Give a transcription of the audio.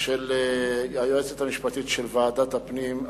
של היועצת המשפטית של ועדת הפנים,